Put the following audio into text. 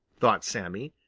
thought sammy,